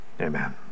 Amen